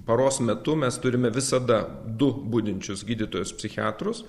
paros metu mes turime visada du budinčius gydytojus psichiatrus